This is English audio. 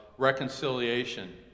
reconciliation